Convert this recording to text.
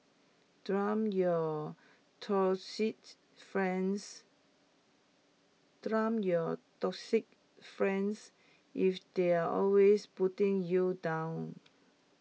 dump your toxic friends dump your toxic friends if they're always putting you down